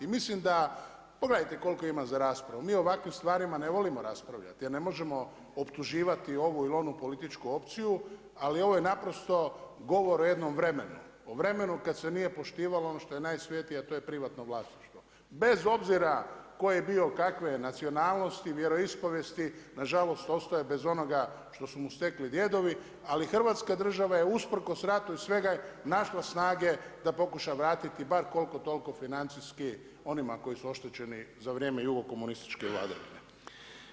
Mislim da, pogledajte koliko ima za raspravu, mi o ovakvim stvarima ne volimo raspravljati jer ne možemo optuživati ovu ili političku opciju ali ovo je naprosto govor o jednom vremenu, o vremenu kad se nije poštivalo ono što je najsvetije a to je privatno vlasništvo, bez obzira tko je bio kakve nacionalnosti, vjeroispovijesti, nažalost ostaje bez onoga što mu stekli djedovi ali hrvatska država je usprkos ratu i svemu je našla snage da pokuša vratiti bar koliko toliko financijski onima koji su oštećeni za vrijeme jugokomunističke vladavine.